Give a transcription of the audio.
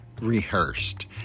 rehearsed